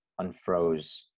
unfroze